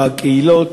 בקהילות,